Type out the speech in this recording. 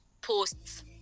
posts